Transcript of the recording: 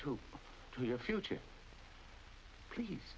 to your future please